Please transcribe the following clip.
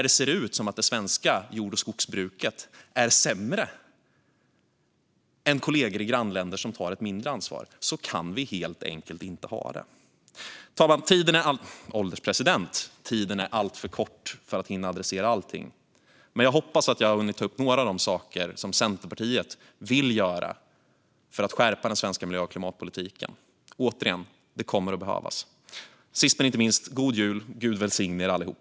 Det ser ut som om jord och skogsbruket i Sverige är sämre än det i grannländer som tar ett mindre ansvar. Så kan vi helt enkelt inte ha det. Herr ålderspresident! Tiden är alltför kort för att hinna adressera allt, men jag hoppas att jag hunnit ta upp några av de saker som Centerpartiet vill göra för att skärpa den svenska miljö och klimatpolitiken. Det kommer att behövas. Sist men inte minst: God jul! Gud välsigne er allihop!